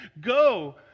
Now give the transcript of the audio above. go